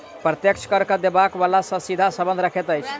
प्रत्यक्ष कर, कर देबय बला सॅ सीधा संबंध रखैत अछि